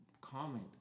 comment